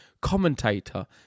commentator